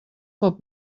not